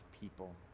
people